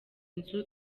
nzu